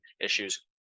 issues